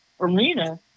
Arena